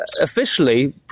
officially